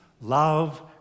love